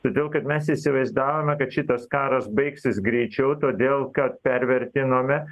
todėl kad mes įsivaizdavome kad šitas karas baigsis greičiau todėl kad pervertinome